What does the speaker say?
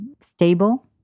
stable